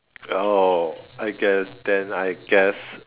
oh I guess then I guess